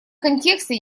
контексте